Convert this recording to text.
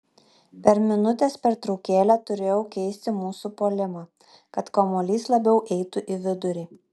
per minutės pertraukėlę turėjau keisti mūsų puolimą kad kamuolys labiau eitų į vidurį